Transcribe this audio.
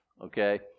Okay